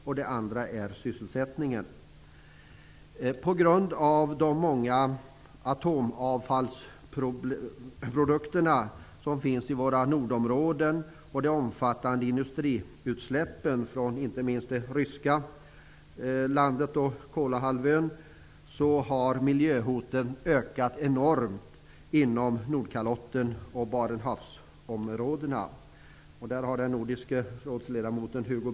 För det andra gäller det sysselsättningen. På grund av de många atomavfallsprodukter som finns i våra nordområden och de omfattande industriutsläppen, inte minst från det ryska landet och från Kolahalvön, har miljöhoten ökat enormt inom Nordkalotten och Barentshavsområdena.